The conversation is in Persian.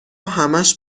همش